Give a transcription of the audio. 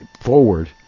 forward